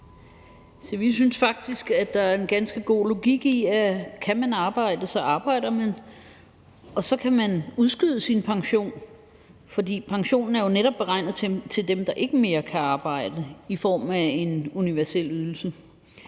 vi synes faktisk, at der er en ganske god logik i, at kan man arbejde, så arbejder man, og så kan man udskyde sin pension, for pensionen er jo netop beregnet til dem, der ikke kan arbejde mere, i form af en universel ydelse.